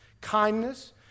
kindness